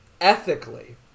ethically